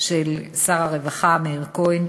של שר הרווחה מאיר כהן,